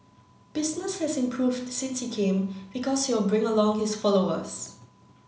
business has improved since he came because he'll bring along his followers